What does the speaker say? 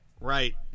right